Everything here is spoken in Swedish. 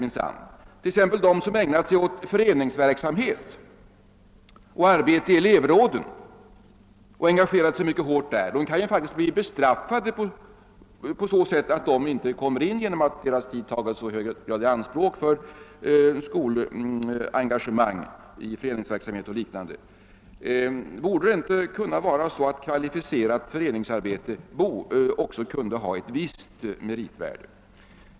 De elever som engagerat sig hårt t.ex. i föreningsverksamhet och arbete i elevråden kan faktiskt bli bestraffade på så sätt att de inte får tillträde till de spärrade linjerna eftersom deras tid i så hög grad har tagits i anspråk för föreningsverksamhet och liknande. Borde inte kvalificerat för eningsarbete också tillmätas ett visst meritvärde?